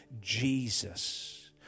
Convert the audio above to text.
Jesus